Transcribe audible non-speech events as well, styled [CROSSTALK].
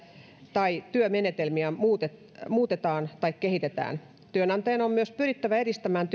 tai työmenetelmiä muutetaan muutetaan tai kehitetään työnantajan on myös pyrittävä edistämään [UNINTELLIGIBLE]